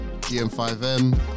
GM5M